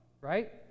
right